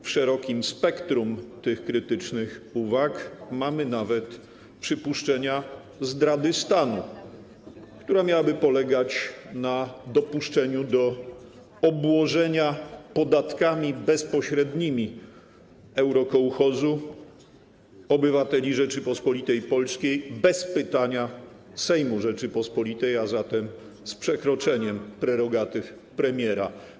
W szerokim spektrum tych krytycznych uwag mamy nawet przypuszczenia dotyczące zdrady stanu, która miałaby polegać na dopuszczeniu do obłożenia podatkami bezpośrednimi eurokołchozu obywateli Rzeczypospolitej Polskiej bez pytania Sejmu Rzeczypospolitej, a zatem z przekroczeniem prerogatyw premiera.